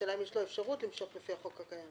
השאלה אם יש לו אפשרות למשוך לפי החוק הקיים